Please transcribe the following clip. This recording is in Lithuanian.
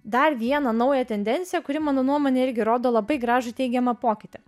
dar vieną naują tendenciją kuri mano nuomone irgi rodo labai gražų teigiamą pokytį